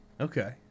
Okay